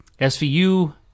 SVU